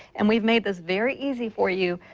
and we've made this very easy for you.